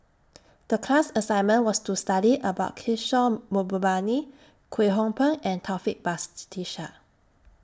The class assignment was to study about Kishore Mahbubani Kwek Hong Png and Taufik Batisah